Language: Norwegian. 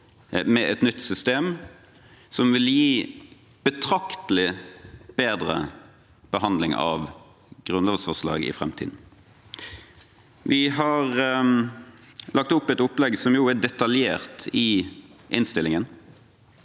med et nytt system som vil gi betraktelig bedre behandling av grunnlovsforslag i framtiden. Vi har lagd et detaljert opplegg i innstillingen.